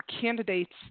Candidates